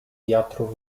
wiatru